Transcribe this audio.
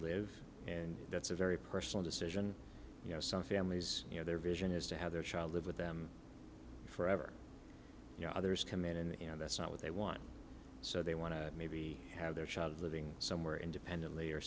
live and that's a very personal decision you know some families you know their vision is to have their child live with them forever you know others come in and you know that's not what they want so they want to maybe have their child living somewhere independently or